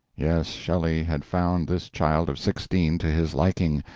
yes, shelley had found this child of sixteen to his liking,